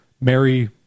mary